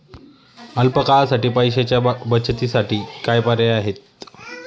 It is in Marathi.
अल्प काळासाठी पैशाच्या बचतीसाठी काय पर्याय आहेत?